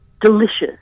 delicious